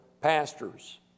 pastors